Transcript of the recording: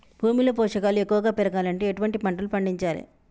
భూమిలో పోషకాలు ఎక్కువగా పెరగాలంటే ఎటువంటి పంటలు పండించాలే?